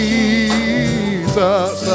Jesus